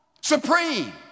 supreme